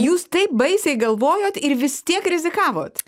jūs taip baisiai galvojot ir vis tiek rizikavot